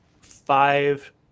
five